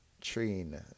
train